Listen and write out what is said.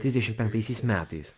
trisdešim penktaisiais metais